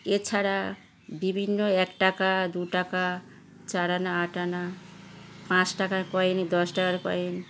এছাড়া বিভিন্ন এক টাকা দু টাকা চার আনা আট আনা পাঁচ টাকার কয়েন দশ টাকার কয়েন